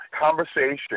conversation